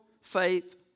faith